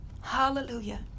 hallelujah